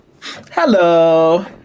Hello